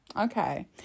Okay